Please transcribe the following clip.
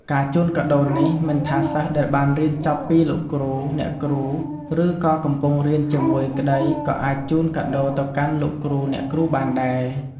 ការជូនកាដូរនេះមិនថាសិស្សដែលបានរៀនចប់ពីលោកគ្រូ អ្នកគ្រូឬក៏កំពុងរៀនជាមួយក្តីក៏អាចជូនកាដូរទៅកាន់លោកគ្រូ អ្នកគ្រូបានដែរ។